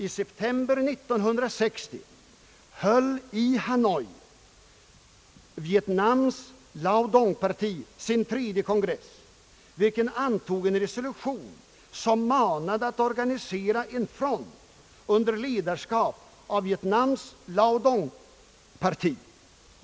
I september 1960 höll i Hanoi Vietnams Lao Dong-parti sin tredje kongress, vilken antog en resolution som manade att organisera en ”front under ledarskap av Vietnams Lao-Dong-parti.